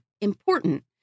important